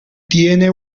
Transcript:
tiene